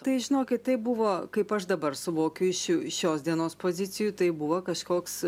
tai žinokit taip buvo kaip aš dabar suvokiu iš šio šios dienos pozicijų tai buvo kažkoks